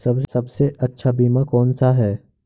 सबसे अच्छा बीमा कौन सा है?